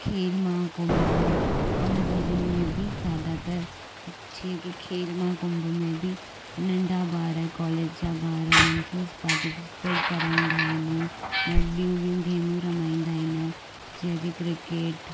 खेलमा कुंभ उन सभिनि में बि ज़ादातर जीअं की खीरमा कुंभ में बि नंढा ॿार कॉलेज जा ॿार हुननि खे पाटीसपेट कराईंदा आहिनि ऐं ॿियूं ॿियूं गेमूं रमाईंदा आहिनि जीअं की क्रिकेट